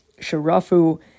Sharafu